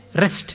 rest